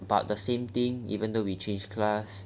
but the same thing even though we change class